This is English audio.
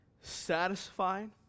satisfied